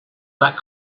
that